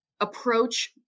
approach